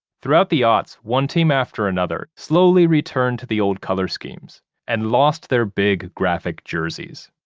throughout the aughts, one team after another, slowly returned to the old color schemes and lost their big graphic jerseys.